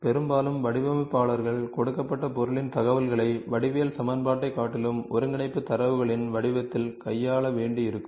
பெரும்பாலும் வடிவமைப்பாளர்கள் கொடுக்கப்பட்ட பொருளின் தகவல்களை வடிவியல் சமன்பாட்டைக் காட்டிலும் ஒருங்கிணைப்பு தரவுகளின் வடிவத்தில் கையாள வேண்டியிருக்கும்